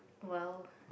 well